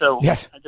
Yes